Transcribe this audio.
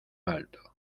alto